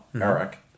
Eric